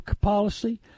policy